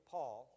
Paul